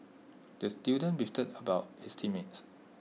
the student beefed about his team mates